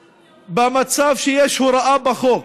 במצב שיש הוראה בחוק,